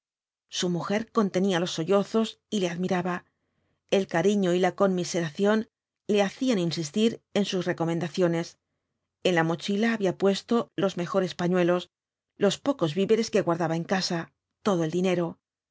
su mujer contenía los sollozos y le admiraba el cariño y la conmiseración le hacían insistir en sus recomendaciones en la mochila había puesto los mejores pañuelos los pocos víveres que guardaba en casa todo el dinero